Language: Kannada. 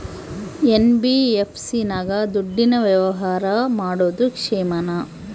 ಎನ್.ಬಿ.ಎಫ್.ಸಿ ನಾಗ ದುಡ್ಡಿನ ವ್ಯವಹಾರ ಮಾಡೋದು ಕ್ಷೇಮಾನ?